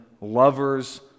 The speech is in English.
lovers